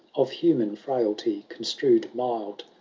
of human frailty construed mild,